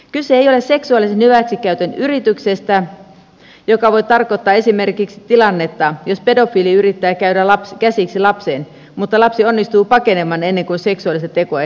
kyse ei ole seksuaalisen hyväksikäytön yrityksestä joka voi tarkoittaa esimerkiksi tilannetta jossa pedofiili yrittää käydä käsiksi lapseen mutta lapsi onnistuu pakenemaan ennen kuin seksuaalista tekoa ehtii tapahtua